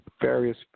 various